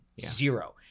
Zero